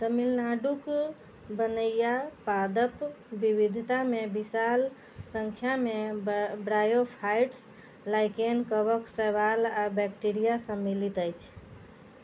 तमिलनाडुके वनैआ पादप विविधतामे विशाल सङ्ख्यामे ब्रायोफाइट्स लाइकेन कवक शैवाल आ बैक्टीरिया सम्मिलित अछि